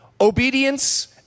Obedience